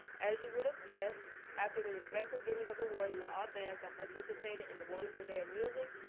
as you would have guessed, after the respectful giving of awards to all bands that participated in the wonderful day of music,